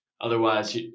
Otherwise